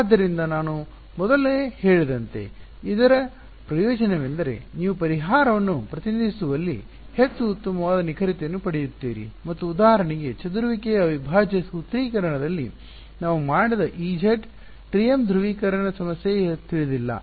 ಆದ್ದರಿಂದ ನಾನು ಮೊದಲೇ ಹೇಳಿದಂತೆ ಇದರ ಪ್ರಯೋಜನವೆಂದರೆ ನೀವು ಪರಿಹಾರವನ್ನು ಪ್ರತಿನಿಧಿಸುವಲ್ಲಿ ಹೆಚ್ಚು ಉತ್ತಮವಾದ ನಿಖರತೆಯನ್ನು ಪಡೆಯುತ್ತೀರಿ ಮತ್ತು ಉದಾಹರಣೆಗೆ ಚದುರುವಿಕೆಯ ಅವಿಭಾಜ್ಯ ಸೂತ್ರೀಕರಣದಲ್ಲಿ ನಾವು ಮಾಡಿದ Ez TM ಧ್ರುವೀಕರಣ ಸಮಸ್ಯೆ ತಿಳಿದಿಲ್ಲ